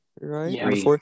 right